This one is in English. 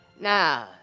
Now